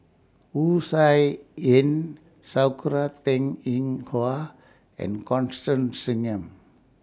Wu Tsai Yen Sakura Teng Ying Hua and Constance Singam